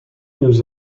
nous